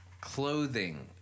clothing